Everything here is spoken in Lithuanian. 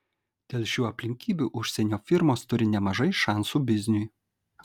dėl šių aplinkybių užsienio firmos turi nemažai šansų bizniui